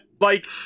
Like-